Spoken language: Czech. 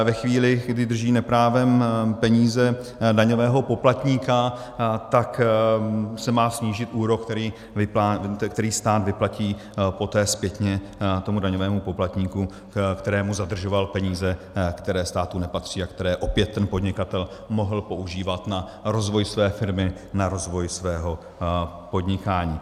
Ve chvíli, kdy drží neprávem peníze daňového poplatníka, tak se má snížit úrok, který stát vyplatí poté zpětně tomu daňovému poplatníku, kterému zadržoval peníze, které státu nepatří a které opět ten podnikatel mohl používat na rozvoj své firmy, na rozvoj svého podnikání.